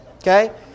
Okay